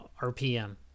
RPM